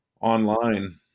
online